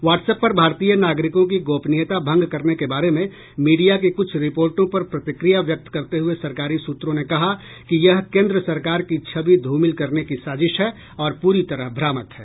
what's app पर भारतीय नागरिकों की गोपनीयता भंग करने के बारे में मीडिया की कुछ रिपोर्टों पर प्रतिक्रिया व्यक्त करते हुए सरकारी सूत्रों ने कहा कि ये केन्द्र सरकार की छवि ध्रमिल करने की साजिश है और पूरी तरह भ्रामक है